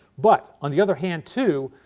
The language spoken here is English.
but, on the other hand too,